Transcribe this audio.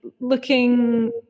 looking